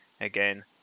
again